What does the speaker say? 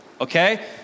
okay